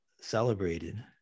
celebrated